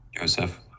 Joseph